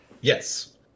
Yes